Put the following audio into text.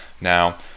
now